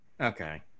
okay